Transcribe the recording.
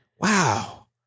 Wow